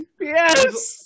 Yes